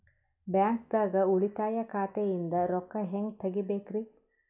ಬ್ಯಾಂಕ್ದಾಗ ಉಳಿತಾಯ ಖಾತೆ ಇಂದ್ ರೊಕ್ಕ ಹೆಂಗ್ ತಗಿಬೇಕ್ರಿ?